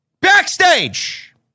Backstage